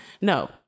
no